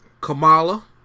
Kamala